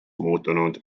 muutunud